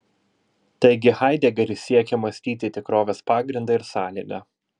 taigi haidegeris siekia mąstyti tikrovės pagrindą ir sąlygą